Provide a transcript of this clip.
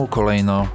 Kolejno